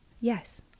Yes